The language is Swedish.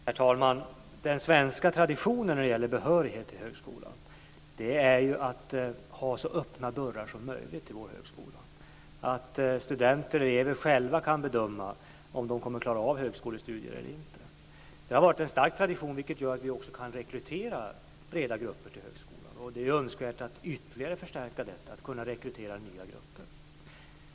Herr talman! Den svenska traditionen när det gäller behörighet till högskolan är att ha så öppna dörrar som möjligt till vår högskola, att studenter även själva ska kunna bedöma om de klarar av högskolestudier eller inte. Det har varit en stark tradition, vilket också gör att vi kan rekrytera breda grupper till högskolan. Det är önskvärt att ytterligare förstärka denna möjlighet att rekrytera nya grupper.